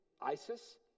ISIS